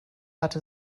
hatte